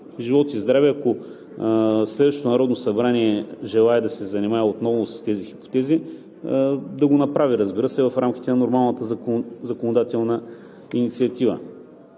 живот и здраве, ако следващото Народно събрание желае да се занимае отново с тези хипотези, да го направи, разбира се, в рамките на нормалната законодателна инициатива.